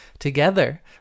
Together